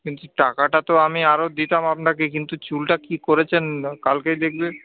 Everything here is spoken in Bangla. কিন্তু টাকাটা তো আমি আরও দিতাম আপনাকে কিন্তু চুলটা কী করেছেন দাদা কালকেই দেখবে